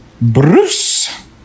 bruce